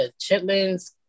Chitlins